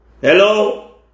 Hello